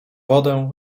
wodę